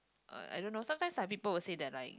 uh I don't know sometimes like people will say that like